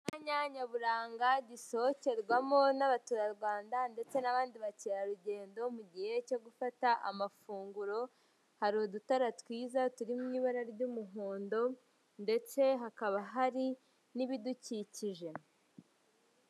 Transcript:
Icyanya nyaburanga gisokerwamo n'abaturarwanda ndetse n'abandi bacyerarugendo mu gihe cyo gufata amafunguro, hari udutara twiza turi ibara ry'umuhondo ndetse hakaba hari n'ibidukikije.